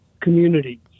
community